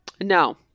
No